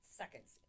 seconds